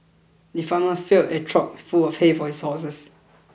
the farmer filled a trough full of hay for his horses